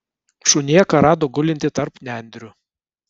šunėką rado gulintį tarp nendrių